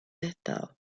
estado